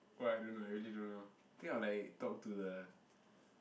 wow I don't know eh I really don't know think I will like talk to the